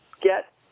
get